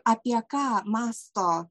apie ką mąsto